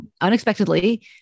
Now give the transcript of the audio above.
unexpectedly